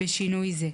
"בשינוי זה: